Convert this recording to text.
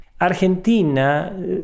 Argentina